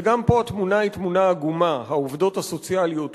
וגם פה התמונה היא תמונה עגומה: העובדות הסוציאליות הופקרו,